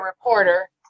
reporter